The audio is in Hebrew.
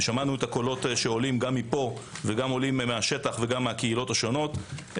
ושמענו את הקולות שעולים גם מכאן וגם מן השטח ומן הקהילות השונות.